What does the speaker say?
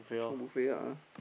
chiong buffet ah